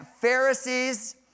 Pharisees